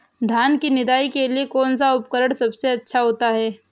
धान की निदाई के लिए कौन सा उपकरण सबसे अच्छा होता है?